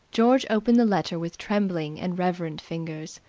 george opened the letter with trembling and reverent fingers.